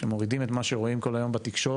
כשמורידים את מה שרואים כל היום בתקשורת,